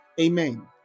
Amen